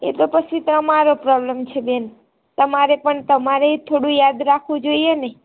એ તો પછી તમારો પ્રોબ્લેમ છે બેન તમારે પણ તમારેય થોડું યાદ રાખવું જોઈએને